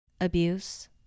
Abuse